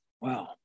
Wow